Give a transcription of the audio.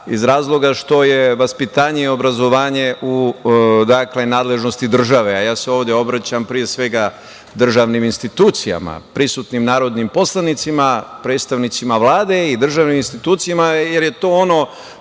iz razloga što je vaspitanje i obrazovanje u nadležnosti države, a ja se ovde obraćam pre svega državnim institucijama, prisutnim narodnim poslanicima, predstavnicima Vlade i državnim institucijama jer je to ono